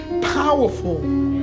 powerful